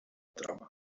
trama